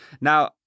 Now